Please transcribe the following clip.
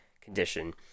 condition